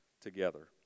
together